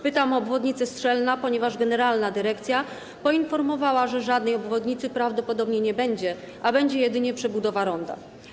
Pytam o obwodnicę Strzelna, ponieważ generalna dyrekcja poinformowała, że żadnej obwodnicy prawdopodobnie nie będzie, a będzie jedynie przebudowa ronda.